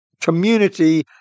community